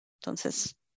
Entonces